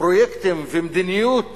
פרויקטים ומדיניות